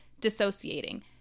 dissociating